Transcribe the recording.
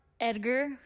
Edgar